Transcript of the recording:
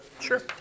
Sure